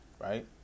Right